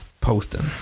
posting